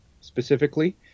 specifically